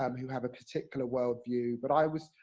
um who have a particular world view. but i was,